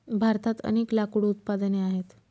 भारतात अनेक लाकूड उत्पादने आहेत